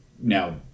now